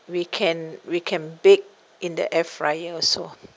we can we can bake in the air fryer also